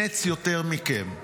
נץ יותר מכם,